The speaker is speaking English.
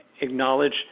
acknowledge